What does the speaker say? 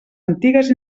antigues